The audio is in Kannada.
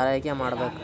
ಆರೈಕೆ ಮಾಡ್ಬೇಕ್